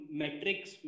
metrics